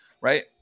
Right